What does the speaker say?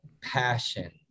passion